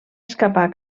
escapar